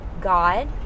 God